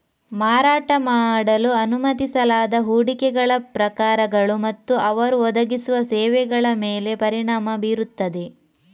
ಮಾರಾಟ ಮಾಡಲು ಅನುಮತಿಸಲಾದ ಹೂಡಿಕೆಗಳ ಪ್ರಕಾರಗಳು ಮತ್ತು ಅವರು ಒದಗಿಸುವ ಸೇವೆಗಳ ಮೇಲೆ ಪರಿಣಾಮ ಬೀರುತ್ತದೆ